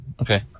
Okay